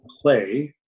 play